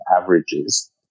averages